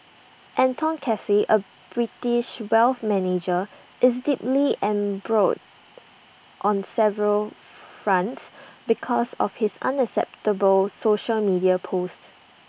Anton Casey A British wealth manager is deeply embroiled on several fronts because of his unacceptable social media posts